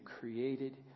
created